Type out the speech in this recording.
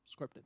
scripted